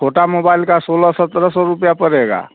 छोटा मोबाइल का सोलह सत्रह सौ रुपया पड़ेगा